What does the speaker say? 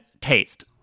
taste